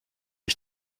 ich